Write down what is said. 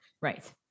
Right